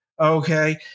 okay